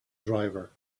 driver